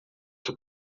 que